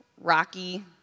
rocky